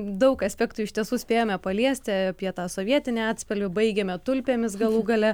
daug aspektų iš tiesų spėjome paliesti apie tą sovietinį atspalvį baigėme tulpėmis galų gale